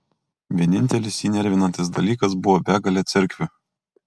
vienintelis jį nervinantis dalykas buvo begalė cerkvių